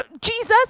Jesus